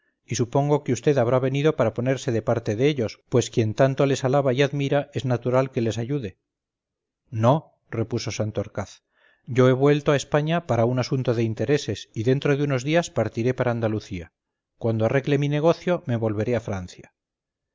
y supongo que vd habrá venido para ponerse de parte de ellos pues quien tanto les alaba y admira es natural que les ayude no repuso santorcaz yo he vuelto a españa para un asunto de intereses y dentro de unos días partiré para andalucía cuando arregle mi negocio me volveré a francia